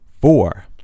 four